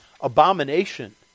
abomination